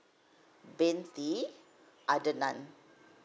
binte adnan